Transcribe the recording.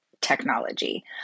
technology